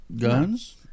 Guns